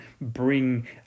bring